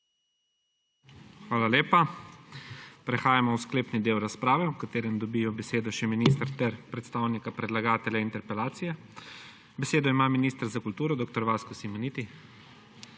Hvala lepa. Prehajamo v sklepni del razprave, v katerem dobijo besedo še minister ter predstavnika predlagatelja interpelacije. Besedo ima minister za kulturo dr. Vsako Simoniti.